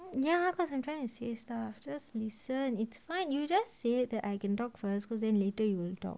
ya cause I'm trying to say stuff just listen it's fine you just say that I can talk first cause then later you will talk